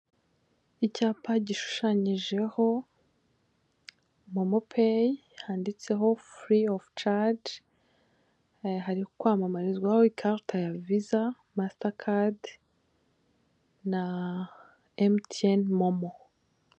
icyapa gishushanyijeho momo peyi handitseho fureyi ofu caje hari kwamamarizwaho ikarita ya viza , masta cadi na mtn momo.